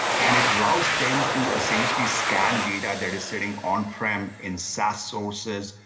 and it allows them to essentially scan data that is sitting on-prem, in saas sources,